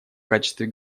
качестве